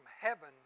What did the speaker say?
heaven